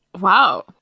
wow